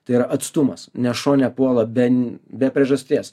tai yra atstumas nes šuo nepuola be be priežasties